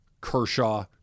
Kershaw